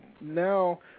now